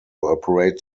operate